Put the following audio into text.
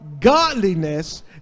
godliness